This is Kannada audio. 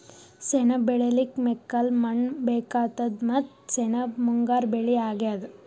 ಸೆಣಬ್ ಬೆಳಿಲಿಕ್ಕ್ ಮೆಕ್ಕಲ್ ಮಣ್ಣ್ ಬೇಕಾತದ್ ಮತ್ತ್ ಸೆಣಬ್ ಮುಂಗಾರ್ ಬೆಳಿ ಅಗ್ಯಾದ್